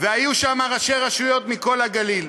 והיו שם ראשי רשויות מכל הגליל,